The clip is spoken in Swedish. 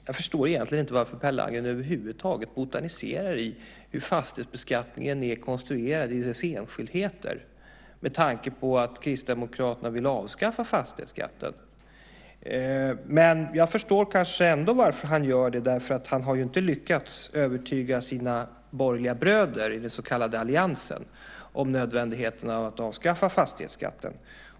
Jag förstår egentligen inte varför Per Landgren över huvud taget botaniserar i hur fastighetsbeskattningen är konstruerad i sina enskildheter med tanke på att Kristdemokraterna vill avskaffa fastighetsskatten. Jag förstår kanske ändå varför han gör det. Han har ju inte lyckats övertyga sina borgerliga bröder i den så kallade alliansen om nödvändigheten av att avskaffa fastighetsskatten.